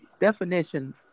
definition